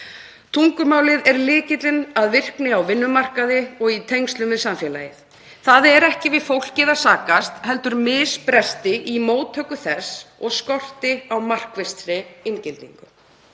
Tungumálið er lykillinn að virkni á vinnumarkaði og tengslum við samfélagið. Það er ekki við fólkið að sakast heldur misbresti í móttöku þess og skort á markvissri inngildingu.